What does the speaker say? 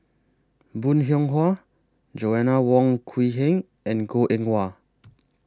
Bong Hiong Hwa Joanna Wong Quee Heng and Goh Eng Wah